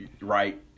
Right